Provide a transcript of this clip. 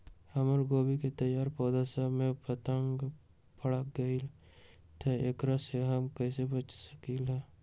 हमर गोभी के तैयार पौधा सब में फतंगा पकड़ लेई थई एकरा से हम कईसे बच सकली है?